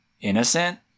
innocent